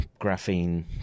graphene